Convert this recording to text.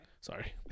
sorry